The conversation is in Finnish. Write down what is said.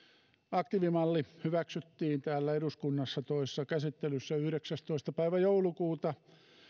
aktiivimalli hyväksyttiin täällä eduskunnassa toisessa käsittelyssä yhdeksästoista päivä joulukuuta